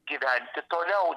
gyventi toliau